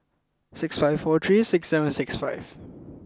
six five four three six seven six five